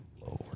lord